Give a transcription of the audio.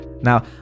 now